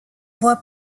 voie